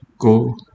Go